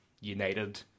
United